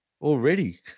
already